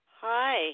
Hi